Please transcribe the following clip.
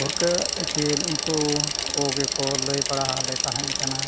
ᱵᱷᱩᱨᱠᱟᱹᱜ ᱤᱯᱤᱞ ᱩᱱᱠᱩ ᱠᱚᱜᱮᱠᱚ ᱞᱟᱹᱭ ᱵᱟᱲᱟᱞᱮ ᱛᱟᱦᱮᱸ ᱠᱟᱱᱟ